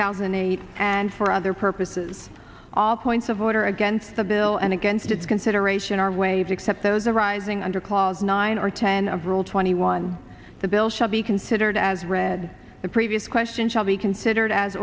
thousand and eight and for other purpose all points of order against the bill and against its consideration are waves except those arising under clause nine or ten of rule twenty one the bill shall be considered as read the previous question shall be considered as